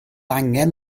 angen